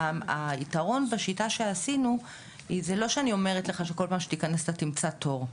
היתרון בשיטה שעשינו זה לא שאני אומרת שכל פעם שתכנס אתה תמצא תור,